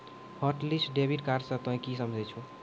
hotlist debit card से तोंय की समझे छौं